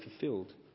fulfilled